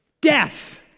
Death